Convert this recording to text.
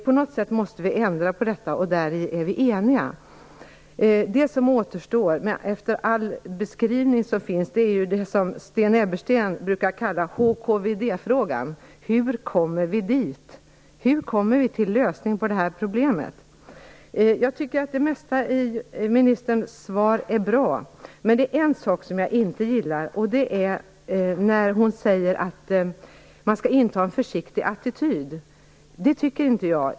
På något sätt måste vi ändra på detta och därom är vi eniga. Det som återstår efter all beskrivning är det som Sten Ebbersten brukar kalla HKVD-frågan, hur-kommer-vi-dit-frågan. Hur kommer vi till en lösning på det här problemet? Jag tycker att det mesta i ministerns svar är bra, men det är en sak som jag inte gillar. Det är när hon säger att man skall inta en försiktig attityd. Det tycker inte jag.